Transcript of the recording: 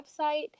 website